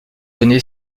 donné